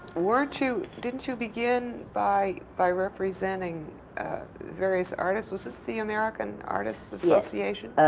weren't you didn't you begin by by representing various artists? was this the american artists association?